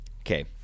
okay